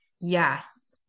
Yes